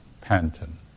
Panton